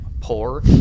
poor